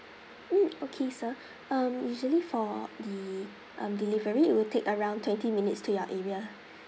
mm okay sir um usually for the um delivery it will take around twenty minutes to your area